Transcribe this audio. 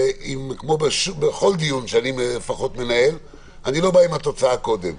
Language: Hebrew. כמו בכל דיון שאני מנהל לפחות אני לא בא עם התוצאה קודם.